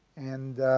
and